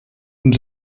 und